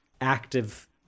active